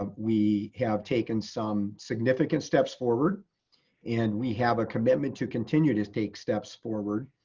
um we have taken some significant steps forward and we have a commitment to continue to take steps forward.